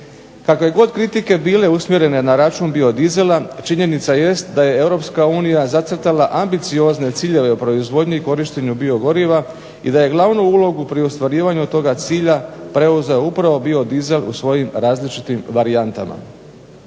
Kakve god kritike bile usmjerene na račun biodizela činjenica jest da je Europska unija zacrtala ambiciozne ciljeve proizvodnje i korištenju biogoriva i da je glavnu ulogu pri ostvarivanju toga cilja preuzeo upravo biodizel u svojim različitim varijantama.